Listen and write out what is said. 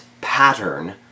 pattern